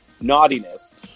naughtiness